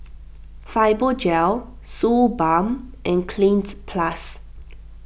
Fibogel Suu Balm and Cleanz Plus